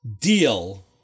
deal